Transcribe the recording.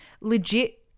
legit